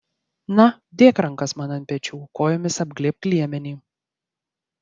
na dėk rankas man ant pečių kojomis apglėbk liemenį